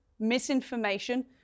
misinformation